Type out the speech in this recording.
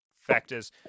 factors